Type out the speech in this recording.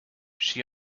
she